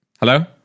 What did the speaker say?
hello